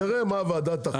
נראה מה הוועדה תחליט,